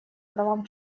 правам